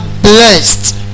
blessed